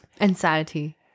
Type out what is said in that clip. Anxiety